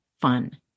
fun